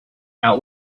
out